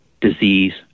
disease